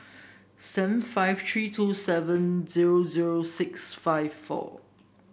seven five three two seven zero zero six five four